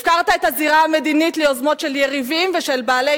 הפקרת את הזירה המדינית ליוזמות של יריבים ושל בעלי